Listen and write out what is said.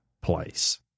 place